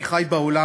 אני חי בעולם,